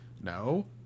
No